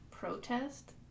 Protest